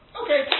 okay